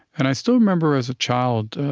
and i still remember, as a child,